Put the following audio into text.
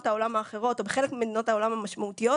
העולם האחרות או בחלק ממדינות העולם המשמעותיות,